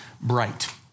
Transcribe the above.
bright